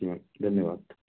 जी धन्यवाद